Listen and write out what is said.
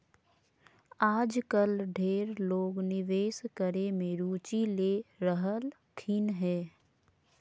आजकल ढेर लोग निवेश करे मे रुचि ले रहलखिन हें